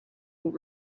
will